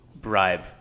bribe